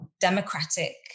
democratic